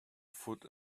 food